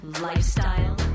lifestyle